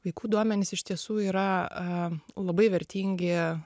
vaikų duomenys iš tiesų yra labai vertingi